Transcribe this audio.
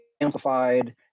amplified